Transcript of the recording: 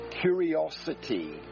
curiosity